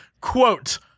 Quote